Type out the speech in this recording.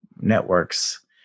networks